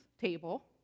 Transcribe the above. table